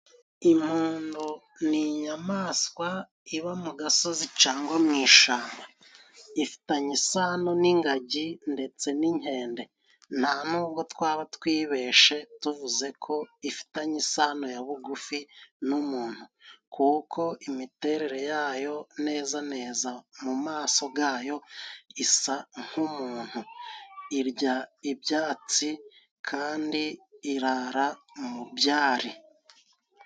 Impundu ni inyamaswa iba mu gasozi cyangwa mu ishyamba . Ifitanye isano n'ingagi ndetse n'inkende. Nta nubwo twaba twibeshye tuvuze ko ifitanye isano ya bugufi n'umuntu kuko imiterere yayo, neza neza mu maso yayo isa n'umuntu irya ibyatsi kandi irara mu byari.